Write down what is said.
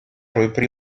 repris